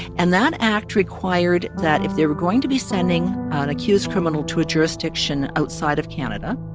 and that act required that if they were going to be sending an accused criminal to a jurisdiction outside of canada,